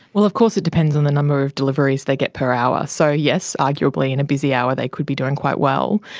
well, of course it depends on the number of deliveries they get per hour. so yes, arguably in a busy hour they could be doing quite well.